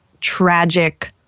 tragic